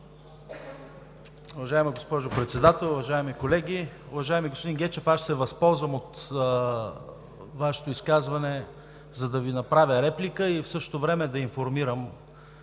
Уважаема госпожо Председател, уважаеми колеги! Уважаеми господин Гечев, аз ще се възползвам от Вашето изказване, за да Ви направя реплика и в същото време да информирам